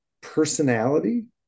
personality